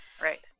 Right